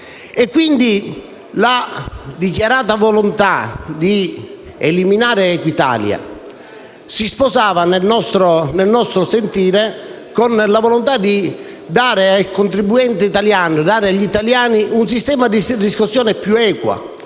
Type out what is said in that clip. la dichiarata volontà di eliminare Equitalia si sposava, nel nostro sentire, con la volontà di dare ai contribuenti italiani un sistema di riscossione più equo,